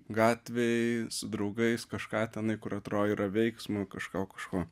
gatvėj su draugais kažką tenai kur atrodo yra veiksmo kažko kažko